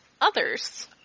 others